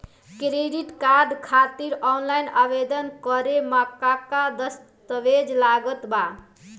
Credit card खातिर offline आवेदन करे म का का दस्तवेज लागत बा?